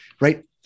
right